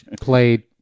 played